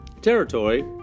territory